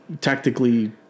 tactically